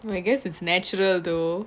I guess it's natural though